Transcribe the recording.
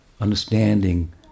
understanding